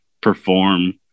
perform